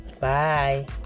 Bye